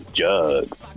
jugs